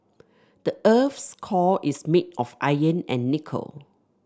the earth's core is made of iron and nickel